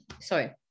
sorry